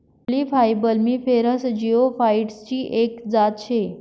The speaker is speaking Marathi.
टयूलिप हाई बल्बिफेरस जिओफाइटसची एक जात शे